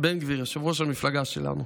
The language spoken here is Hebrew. בן גביר, יושב-ראש המפלגה שלנו.